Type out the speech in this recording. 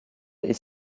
est